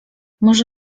może